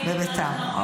בבית"ר.